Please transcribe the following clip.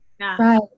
Right